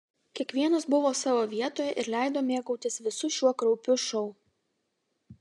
kiekvienas buvo savo vietoje ir leido mėgautis visu šiuo kraupiu šou